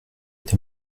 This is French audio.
est